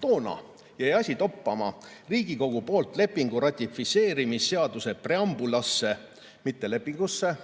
"Toona jäi asi toppama Riigikogu poolt lepingu ratifitseerimisseaduse preambulasse (mitte piirilepingusse)